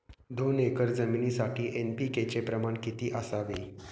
दोन एकर जमिनीसाठी एन.पी.के चे प्रमाण किती असावे?